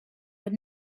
but